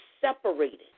separated